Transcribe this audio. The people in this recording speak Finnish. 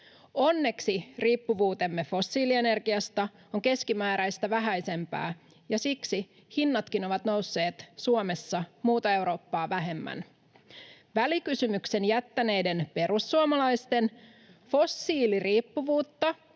Onneksi riippuvuutemme fossiilienergiasta on keskimääräistä vähäisempää ja siksi hinnatkin ovat nousseet Suomessa muuta Eurooppaa vähemmän. Välikysymyksen jättäneiden perussuomalaisten fossiiliriippuvuutta